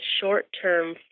short-term